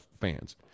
fans